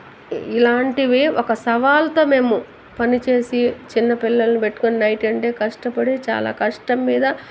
ఇలాంటివి ఒక సవాలుతో మేము పని చేసి చిన్నపిల్లల్ని పెట్టుకుని నైట్ అంతా కష్టపడి చాలా కష్టం మీద